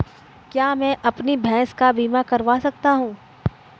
क्या मैं अपनी भैंस का बीमा करवा सकता हूँ?